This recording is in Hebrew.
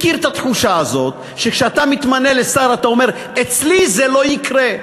אני מכיר את התחושה הזאת שכשאתה מתמנה לשר אתה אומר: אצלי זה לא יקרה.